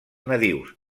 nadius